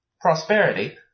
Prosperity